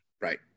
Right